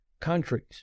countries